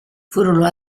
furono